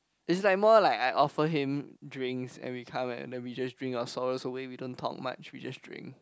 is like more like I offer him drinks and we come and then we just drink our sorrows away we don't talk much we just drink